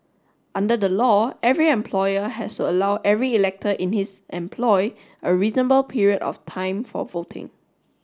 under the law every employer has to allow every elector in his employ a reasonable period of time for voting